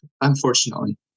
Unfortunately